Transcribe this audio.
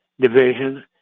division